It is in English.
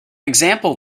example